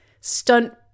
stunt